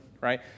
right